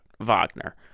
Wagner